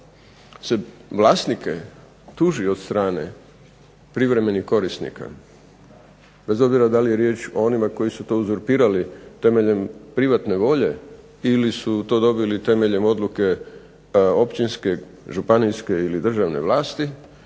se vlasnike tuži od strane privremenih korisnika bez obzira da li je riječ o onima koji su to uzurpirali temeljem privatne volje ili su to dobili temeljem odluke općinske, županijske ili državne vlasti